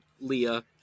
Leah